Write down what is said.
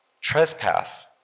Trespass